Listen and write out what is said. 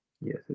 Yes